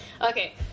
Okay